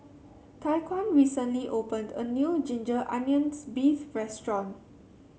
Tyquan recently opened a new Ginger Onions beef restaurant